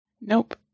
Nope